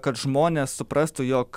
kad žmonės suprastų jog